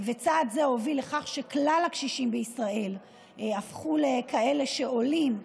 צעד זה הוביל לכך שכל הקשישים בישראל הפכו לכאלה שעולים מעל,